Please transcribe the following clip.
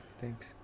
thanks